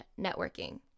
networking